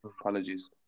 apologies